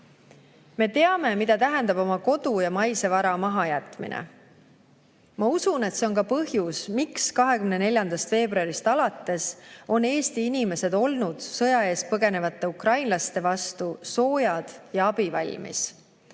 Me teame, mida tähendab oma kodu ja muu maise vara mahajätmine. Ma usun, et see on ka põhjus, miks 24. veebruarist alates on Eesti inimesed olnud sõja eest põgenevate ukrainlaste vastu soojad ja abivalmid.